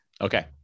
Okay